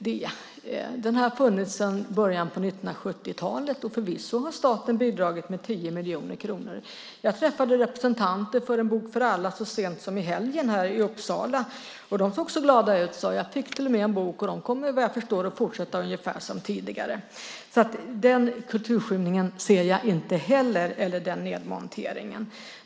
En bok för alla har funnits sedan början av 1970-talet. Förvisso har staten bidragit med 10 miljoner kronor. Så sent som i helgen träffade jag i Uppsala representanter för En bok för alla. De såg så glada ut. Jag fick till och med en bok. Såvitt jag förstår kommer de att fortsätta ungefär som tidigare, så den kulturskymningen, den nedmonteringen, ser jag inte heller.